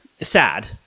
Sad